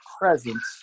presence